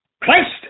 christ